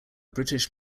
british